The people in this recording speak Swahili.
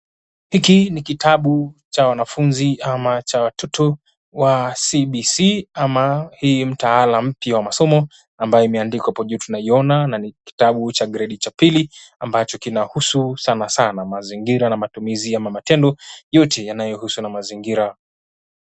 Hiki ni kitabu cha wanafunzi ama cha watoto wa CBC ama hii mtaala mpya wa masomo ambayo imeandikwa hapo juu tunaiona na ni kitabu cha gredi cha pili ambacho kinahusu sana sana mazingira na matumizi ama matendo yote yanayohusu na mazingira.